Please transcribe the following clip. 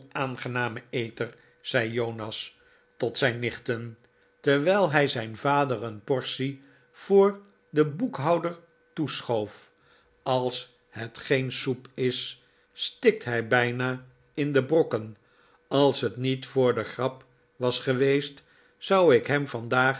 onaangename eter zei jonas tot zijn nichten terwijl hij zijn vader een portie voor den boekhouder toeschoof ais het geen soep is stikt hij bijna in de brokken als het niet voor de grap was geweest zou ik hem vandaag